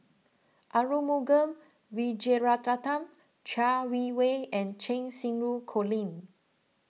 Arumugam Vijiaratnam Chai Yee Wei and Cheng Xinru Colin